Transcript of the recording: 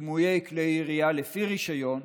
בדמויי כלי ירייה לפי רישיון,